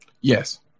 Yes